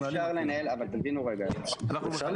אני רוצה לחדד את הדברים.